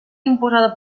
imposada